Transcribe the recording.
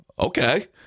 Okay